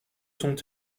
sont